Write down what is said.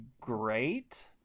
great